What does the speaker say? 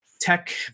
tech